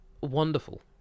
wonderful